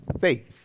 faith